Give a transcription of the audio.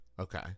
Okay